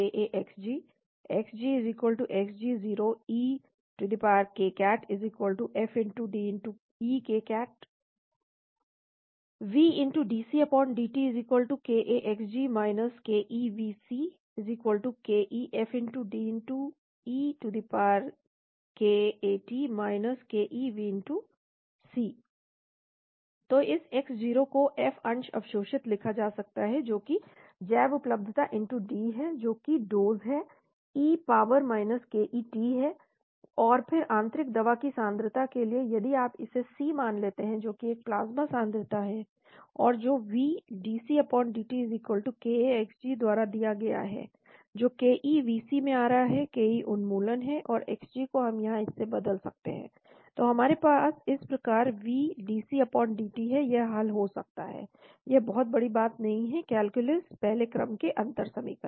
dXgdt ka Xg Xg Xgo e -kat F D e -kat V dCdt ka Xg - ke V C ka F D e -kat - ke V C तो इस Xg0 को F अंश अवशोषित लिखा जा सकता है जो कि जैवउपलब्धता D है जो कि डोज़ है e पॉवर ke t और फिर अंतरिक दवा की सांद्रता के लिए यदि आप इसे C मान लेते हैं जो कि एक प्लाज्मा सांद्रता है और जो V dCdt ka Xg के द्वारा दिया गया है जो ke V C में आ रहा है ke उन्मूलन है और Xg को हम यहाँ इस से बदल सकते हैं तो हमारे पास इस प्रकार V dCdt है यह हल हो सकता है यह बहुत बड़ी बात नहीं है कैल्कुलस पहले क्रम के अंतर समीकरण